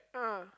ah